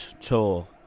tour